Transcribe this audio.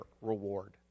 reward